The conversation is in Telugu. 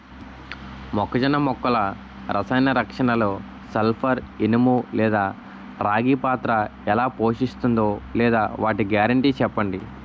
మొక్కజొన్న మొక్కల రసాయన రక్షణలో సల్పర్, ఇనుము లేదా రాగి పాత్ర ఎలా పోషిస్తుందో లేదా వాటి గ్యారంటీ చెప్పండి